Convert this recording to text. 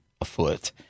afoot